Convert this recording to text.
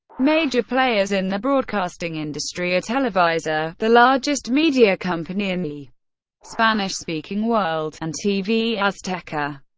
major players in the broadcasting industry are televisa the largest media company in the spanish-speaking world and tv azteca.